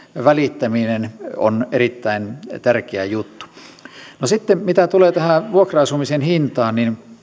välittäminen on erittäin tärkeä juttu sitten mitä tulee tähän vuokra asumisen hintaan